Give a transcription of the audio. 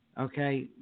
okay